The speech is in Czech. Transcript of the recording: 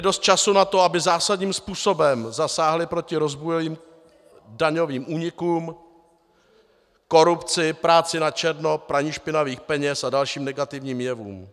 Měly dost času na to, aby zásadním způsobem zasáhly proti rozbujelým daňovým únikům, korupci, práci načerno, praní špinavých peněz a dalším negativním jevům.